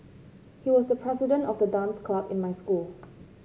he was the president of the dance club in my school